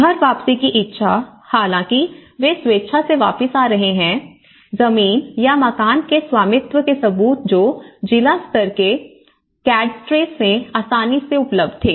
घर वापसी की इच्छा हालांकि वे स्वेच्छा से वापस आ रहे हैं जमीन या मकान के स्वामित्व के सबूत जो जिला स्तर के कैडस्ट्रेस में आसानी से उपलब्ध थे